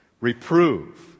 Reprove